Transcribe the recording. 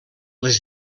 les